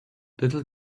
little